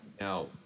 Now